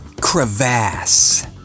crevasse